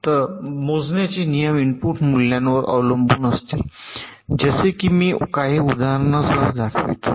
the मोजण्याचे नियम input मूल्यांवर अवलंबून असतील जसे की मी काही उदाहरणांसह दाखवितो